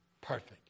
perfect